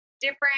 different